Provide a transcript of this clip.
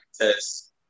test